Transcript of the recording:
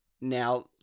now